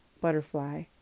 butterfly